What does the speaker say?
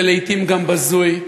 ולעתים גם בזוי,